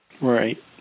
Right